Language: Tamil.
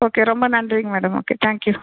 ஓகே ரொம்ப நன்றிங்க மேடம் ஓகே தேங்க் யூ